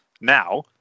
now